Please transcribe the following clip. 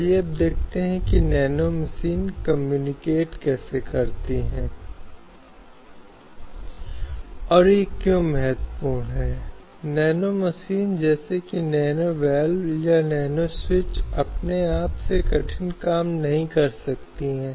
संदर्भ समय को देखें 1802 इसके अनुसार परिवर्तन के साथ स्थानीय निकायों में महिलाओं के प्रतिनिधित्व के संबंध में एक बदलाव आया है